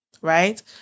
right